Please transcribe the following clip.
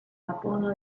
apodo